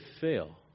fail